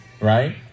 right